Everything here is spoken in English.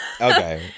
Okay